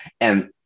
And-